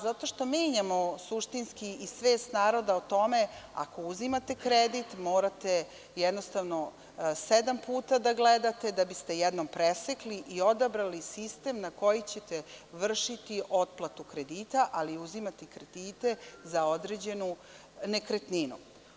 Zato što menjamo suštinski i svest naroda o tome, ako uzimate kredit, jednostavno, morate sedam puta da gledate da biste jednom presekli i odabrali sistem na koji ćete vršiti otplatu kredita, ali i uzimati kredite za određenu nekretninu.